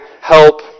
help